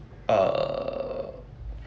err